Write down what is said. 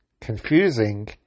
confusing